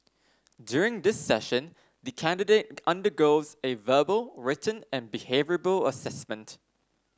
during this session the candidate undergoes a verbal written and behavioural assessment